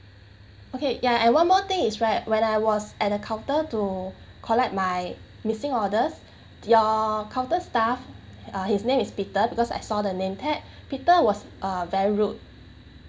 okay ya and one more thing is right when I was at the counter to collect my missing orders your counter staff uh his name is peter because I saw the name tag peter was very rude